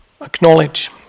acknowledge